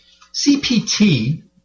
CPT